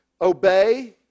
obey